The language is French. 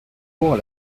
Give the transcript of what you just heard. pour